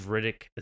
Riddick